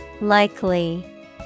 Likely